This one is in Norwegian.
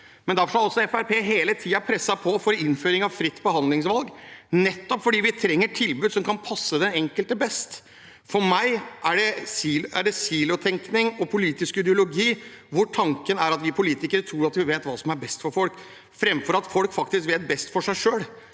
Fremskrittspartiet hele tiden presset på for innføringen av fritt behandlingsvalg, for vi trenger tilbud som kan passe den enkelte best. For meg er dette silotenkning og politisk ideologi, hvor tanken er at vi politikere tror vi vet hva som er best for folk, framfor at folk vet best for seg selv.